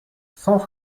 cent